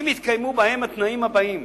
אם התקיימו בהם התנאים הבאים,